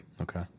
Okay